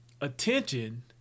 attention